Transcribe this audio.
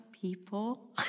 people